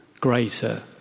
greater